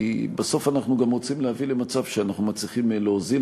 כי בסוף אנחנו גם רוצים להביא למצב שאנחנו מצליחים להוזיל